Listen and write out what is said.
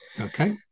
Okay